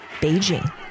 Beijing